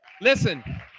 Listen